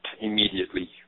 immediately